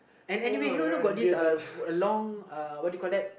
and anyway you know got this uh a long uh what do you call that